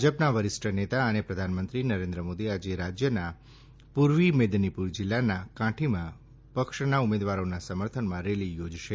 ભાજપના વરિષ્ઠ નેતા અને પ્રધાનમંત્રી નરેન્દ્ર મોદી આજે રાજ્યના પૂર્વી મેદનીપુર જિલ્લાના કાંઠીમાં પક્ષના ઉમેદવારોના સમર્થનમાં રેલી યોજશે